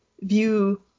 view